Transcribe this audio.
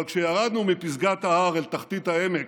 אבל כשירדנו מפסגת ההר אל תחתית העמק,